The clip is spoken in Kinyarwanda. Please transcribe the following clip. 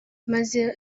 maze